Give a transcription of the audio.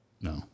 No